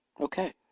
Okay